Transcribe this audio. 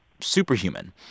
superhuman